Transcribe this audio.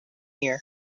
year